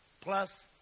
Plus